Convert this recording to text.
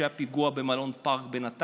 כשהיה פיגוע במלון פארק בנתניה,